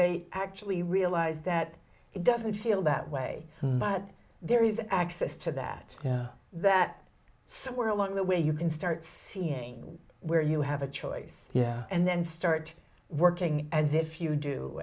they actually realize that it doesn't feel that way but there is access to that that somewhere along the way you can start seeing where you have a choice and then start working as if you do